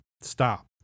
stop